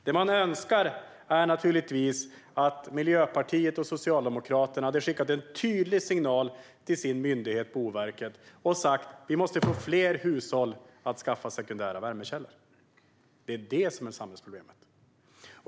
Det man önskar är naturligtvis att Miljöpartiet och Socialdemokraterna hade skickat en tydlig signal till sin myndighet Boverket och sagt: Vi måste få fler hushåll att skaffa sekundära värmekällor. Det är detta som är samhällsproblemet.